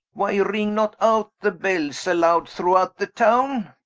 why ring not out the bells alowd, throughout the towne?